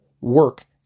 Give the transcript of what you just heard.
work